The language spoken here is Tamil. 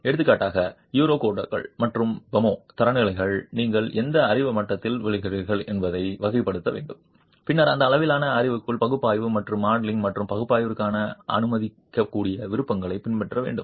எடுத்துக்காட்டாக யூரோகோட்கள் மற்றும் ஃபெமா தரநிலைகள் நீங்கள் எந்த அறிவு மட்டத்தில் விழுவீர்கள் என்பதை வகைப்படுத்த வேண்டும் பின்னர் அந்த அளவிலான அறிவுக்குள் பகுப்பாய்வு மற்றும் மாடலிங் மற்றும் பகுப்பாய்விற்கான அனுமதிக்கக்கூடிய விருப்பங்களை பின்பற்ற வேண்டும்